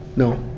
no